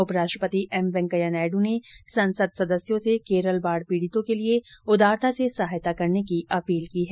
उपराष्ट्रपति एम वेंकैया नायडू ने संसद सदस्यों से केरल बाढ़ पीड़ितों के लिए उदारता से सहायता करने की अपील की है